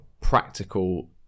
practical